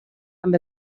amb